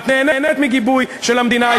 את נהנית מגיבוי של המדינה,